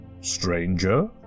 stranger